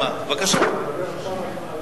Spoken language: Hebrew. בבקשה, להשיב ולהציע לנו.